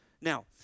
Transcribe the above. Now